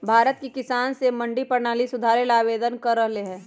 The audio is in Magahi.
भारत के किसान स मंडी परणाली सुधारे ल आंदोलन कर रहल हए